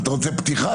אתה רוצה פתיחה,